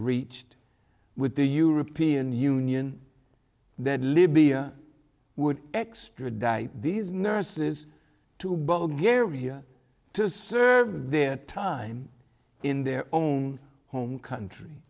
reached with the european union that libya would extradite these nurses to bowl gary to serve their time in their own home country